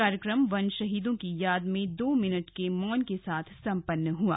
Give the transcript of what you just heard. कार्यक्रम वन शहीदों की याद में दो मिनट के मौन के साथ सम्पन्न हुआ